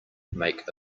make